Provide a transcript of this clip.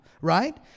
right